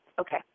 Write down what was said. Okay